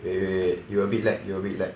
wait wait wait you a bit lag you a bit lag